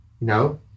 No